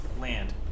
Land